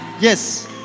yes